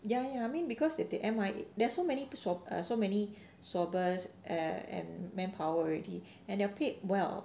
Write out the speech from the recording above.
ya ya I mean because if they M_I~ there's so many swab~ so many swabbers and manpower already and they are paid well